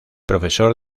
profesor